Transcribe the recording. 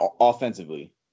offensively